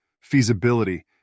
feasibility